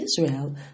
Israel